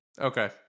Okay